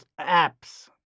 apps